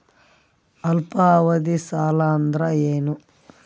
ಅಲ್ಪಾವಧಿ ಸಾಲ ಅಂದ್ರ ಏನು?